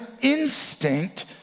instinct